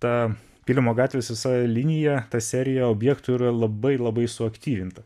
ta pylimo gatvės visa linija ta serija objektų yra labai labai suaktyvinta